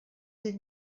des